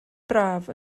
braf